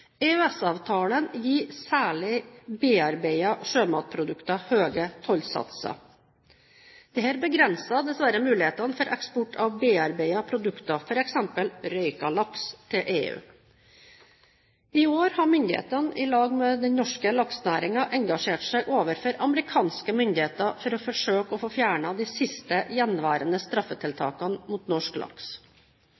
gir særlig bearbeidede sjømatprodukter høye tollsatser. Dette begrenser dessverre muligheten for eksport av bearbeidede produkter, f.eks. røkt laks, til EU. I år har myndighetene, sammen med den norske laksenæringen, engasjert seg overfor amerikanske myndigheter for å forsøke å få fjernet de siste gjenværende